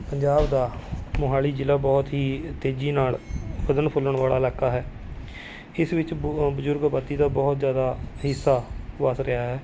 ਪੰਜਾਬ ਦਾ ਮੋਹਾਲੀ ਜ਼ਿਲ੍ਹਾ ਬਹੁਤ ਹੀ ਤੇਜ਼ੀ ਨਾਲ਼ ਵਧਣ ਫੁੱਲਣ ਵਾਲਾ ਇਲਾਕਾ ਹੈ ਇਸ ਵਿੱਚ ਬੁ ਬਜ਼ੁਰਗ ਆਬਾਦੀ ਦਾ ਬਹੁਤ ਜ਼ਿਆਦਾ ਹਿੱਸਾ ਵੱਸ ਰਿਹਾ ਹੈ